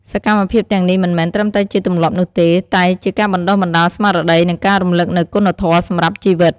សកម្មភាពទាំងនេះមិនមែនត្រឹមតែជាទម្លាប់នោះទេ តែជាការបណ្ដុះបណ្ដាលស្មារតី និងការរំលឹកនូវគុណធម៌សម្រាប់ជីវិត។